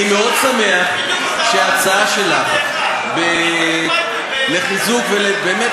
אני מאוד שמח שההצעה שלך לחיזוק ובאמת